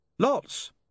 Lots